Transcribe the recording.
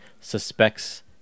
suspects